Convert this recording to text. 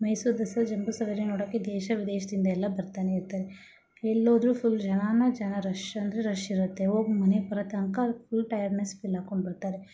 ಮೈಸೂರು ದಸರಾ ಜಂಬು ಸವಾರಿ ನೋಡೋಕ್ಕೆ ದೇಶ ವಿದೇಶದಿಂದ ಎಲ್ಲ ಬರ್ತಾನೇಯಿರ್ತಾರೆ ಎಲ್ಲೋದರೂ ಫುಲ್ ಜನವೋ ಜನ ರಶ್ ಅಂದರೆ ರಶ್ ಇರುತ್ತೆ ಹೋಗಿ ಮನೆಗೆ ಬರೋ ತನಕ ಫುಲ್ ಟಯರ್ಡ್ನೆಸ್ ಫೀಲ್ ಹಾಕೊಂಡು ಬರ್ತಾರೆ